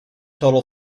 total